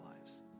lives